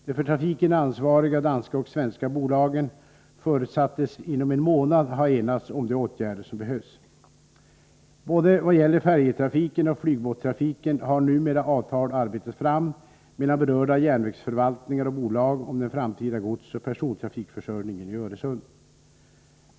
De för trafiken ansvariga danska och svenska bolagen förutsattes inom en månad ha enats om de åtgärder som behövs. Både vad gäller färjetrafiken och vad gäller flygbåttrafiken har numera avtal arbetats fram mellan berörda järnvägsförvaltningar och bolag om den framtida godsoch persontrafikförsörjningen i Öresund.